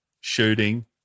shooting